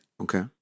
okay